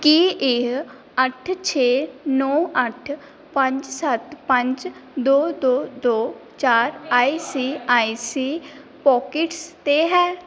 ਕੀ ਇਹ ਅੱਠ ਛੇ ਨੌਂ ਅੱਠ ਪੰਜ ਸੱਤ ਪੰਜ ਦੋ ਦੋ ਦੋ ਚਾਰ I C I C Pockets 'ਤੇ ਹੈ